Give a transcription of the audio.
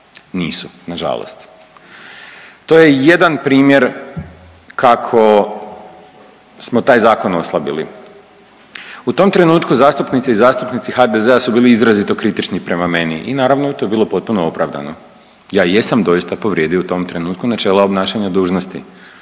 nisu nažalost. To je jedan primjer kako smo taj zakon oslabili. U tom trenutku zastupnice i zastupnici HDZ-a su bili izrazito kritični prema meni i naravno je to bilo potpuno opravdano, ja jesam doista povrijedio u tom trenutku načela obnašanja dužnosti